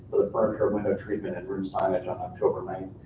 the furniture, window treatment, and room signage on october ninth.